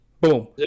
boom